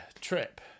Trip